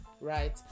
right